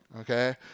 okay